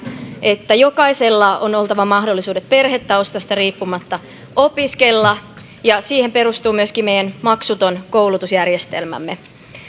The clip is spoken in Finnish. että jokaisella on oltava mahdollisuudet perhetaustasta riippumatta opiskella siihen perustuu myöskin meidän maksuton koulutusjärjestelmämme